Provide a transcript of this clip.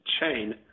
chain